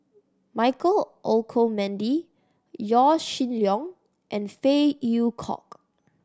Michael Olcomendy Yaw Shin Leong and Phey Yew Kok